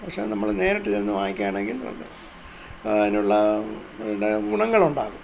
പക്ഷെ നമ്മൾ നേരിട്ട് ചെന്ന് വാങ്ങിക്കുകയാണെങ്കിൽ അതിനുള്ള പിന്നെ ഗുണങ്ങളുണ്ടാകും